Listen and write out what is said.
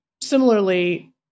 Similarly